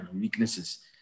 weaknesses